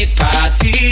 party